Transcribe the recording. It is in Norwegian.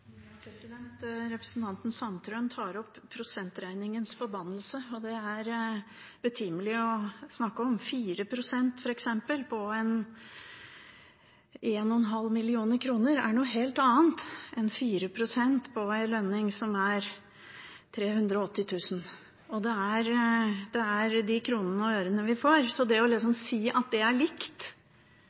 det betimelig å snakke om. For eksempel er 4 pst. av 1,5 mill. kr noe helt annet enn 4 pst. av en lønning som er 380 000 kr. Det er de kronene og ørene vi får, så det å si at det er likt,